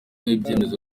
ibyemezo